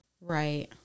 Right